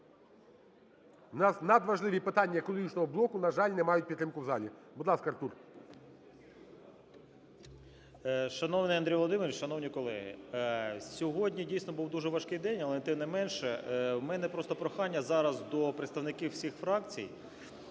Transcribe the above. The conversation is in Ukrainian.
У нас надважливі питання екологічного блоку, на жаль, не мають підтримку в залі. Будь ласка, Артур. 17:37:39 ГЕРАСИМОВ А.В. Шановний Андрій Володимирович, шановні колеги! Сьогодні, дійсно, був дуже важкий день, але, тим не менше, у мене просто прохання зараз до представників всіх фракцій